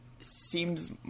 seems